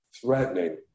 threatening